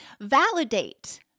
Validate